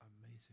amazing